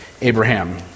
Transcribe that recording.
Abraham